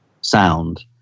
sound